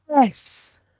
yes